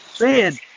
Man